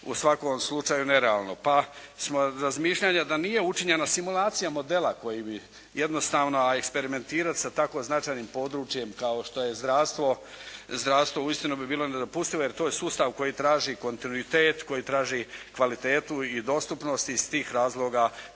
u svakom slučaju nerealno, pa smo razmišljanja da nije učinjeno simulacija modela koji bi jednostavno, a eksperimentirati sa tako značajnim područjem kao što je zdravstvo uistinu bi bilo nedopustivo jer to je sustav koji traži kontinuitet, koji traži kvalitetu i dostupnost i iz tih razloga